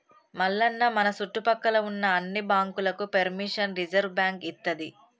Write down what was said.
మల్లన్న మన సుట్టుపక్కల ఉన్న అన్ని బాంకులకు పెర్మిషన్ రిజర్వ్ బాంకు ఇత్తది